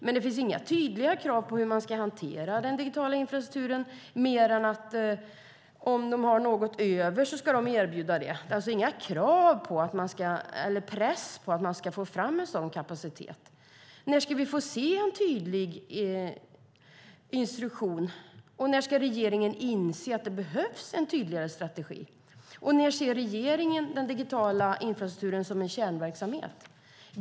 Men det finns inga tydliga krav på hur man ska hantera den digitala infrastrukturen mer än att om de har något över ska de erbjuda det, alltså inga krav på eller någon press på att man ska få fram en sådan kapacitet. När ska vi få se en tydlig instruktion, och när ska regeringen inse att det behövs en tydligare strategi? När ser regeringen den digitala infrastrukturen som en kärnverksamhet?